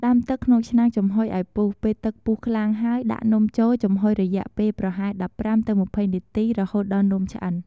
ដាំទឹកក្នុងឆ្នាំងចំហុយឲ្យពុះ ពេលទឹកពុះខ្លាំងហើយ ដាក់នំចូលចំហុយរយៈពេលប្រហែល ១៥-២០ នាទី រហូតដល់នំឆ្អិន។